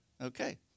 Okay